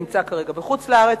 נמצא כרגע בחוץ-לארץ,